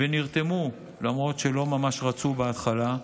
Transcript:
ונרתמו, למרות שלא ממש רצו בהתחלה,